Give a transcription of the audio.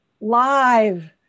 live